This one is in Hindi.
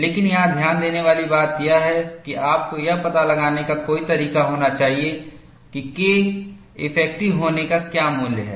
लेकिन यहां ध्यान देने वाली बात यह है कि आपको यह पता लगाने का कोई तरीका होना चाहिए कि Keff होने का क्या मूल्य है